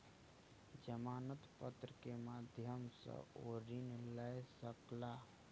जमानत पत्र के माध्यम सॅ ओ ऋण लय सकला